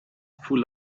full